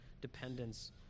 dependence